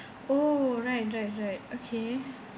oh right right right okay